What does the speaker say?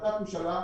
החלטת ממשלה,